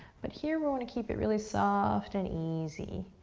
but here we want to keep it really soft and easy.